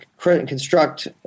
construct